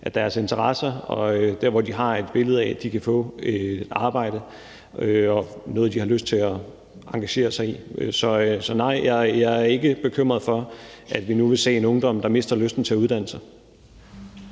deres interesser, af det arbejde, de har et billede af at kunne få, og af, at det er noget, de har lyst til at engagere sig i. Så nej, jeg er ikke bekymret for, at vi nu vil se en ungdom, der mister lysten til at uddanne sig.